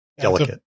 delicate